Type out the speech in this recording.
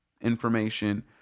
information